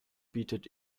bietet